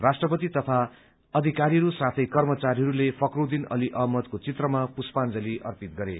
राष्ट्रपति तथा अधिकारीहरू साथै कर्मचारीहरूले फखरूद्दीन अली अमहदको चित्रमा पुष्पांजलि अर्पित गरे